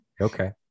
Okay